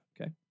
Okay